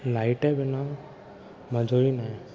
light जे बिना मज़ो ई नाहे